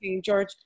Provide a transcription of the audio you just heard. George